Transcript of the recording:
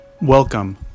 Welcome